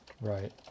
Right